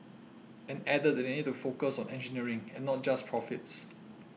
and added that they need to focus on engineering and not just profits